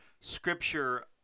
scripture